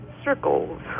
Circles